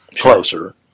closer